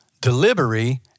delivery